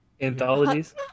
Anthologies